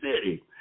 city